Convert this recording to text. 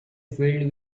filled